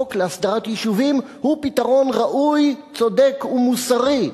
החוק להסדרת יישובים הוא פתרון ראוי צודק ומוסרי.